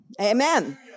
amen